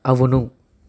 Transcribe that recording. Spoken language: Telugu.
అవును